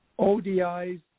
ODIs